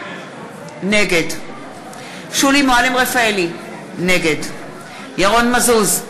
נגד שולי מועלם-רפאלי, נגד ירון מזוז,